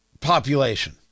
population